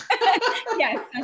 yes